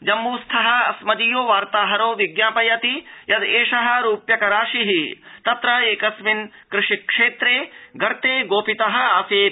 जम्मू स्थः अस्मदीयो वार्ताहरो विज्ञापयति यद एषः रूप्यक राशिः तत्र एकस्मिन कृषि क्षेत्रे गर्त्ते गोपितः आसीत्